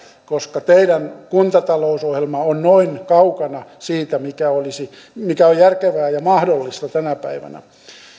koska teidän kuntatalousohjelmanne on noin kaukana siitä mikä on järkevää ja mahdollista tänä päivänä